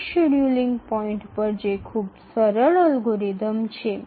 દરેક scheduling point પર તે ખૂબ જ સરળ અલ્ગોરિધમ છે